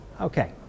Okay